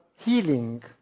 healing